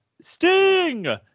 Sting